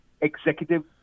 executive